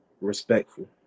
respectful